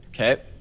Okay